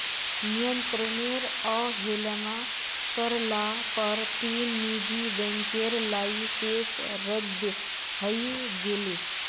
नियंत्रनेर अवहेलना कर ल पर तीन निजी बैंकेर लाइसेंस रद्द हई गेले